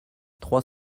trois